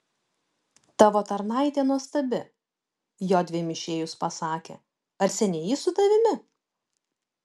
tavo tarnaitė nuostabi jodviem išėjus pasakė ar seniai ji su tavimi